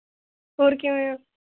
ਹੋਰ ਕਿਵੇਂ ਔ